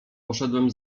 poszedłem